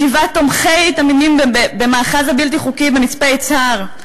ישיבת "תומכי תמימים" במאחז הבלתי-חוקי במצפה-יצהר,